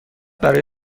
برای